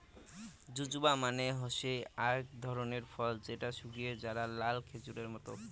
জুজুবা মানে হসে আক ধরণের ফল যেটো শুকিয়ে যায়া নাল খেজুরের মত